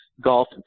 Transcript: golf